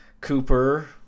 Cooper